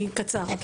אני קצר,